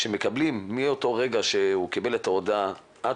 שמקבלים מאותו רגע שהתקבלה ההודעה עד